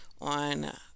on